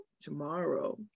Tomorrow